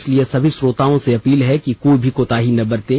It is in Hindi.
इसलिए सभी श्रोताओं से अपील है कि कोई भी कोताही ना बरतें